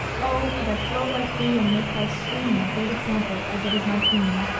o, could i flow like thee, and make thy stream my great example as it is my theme!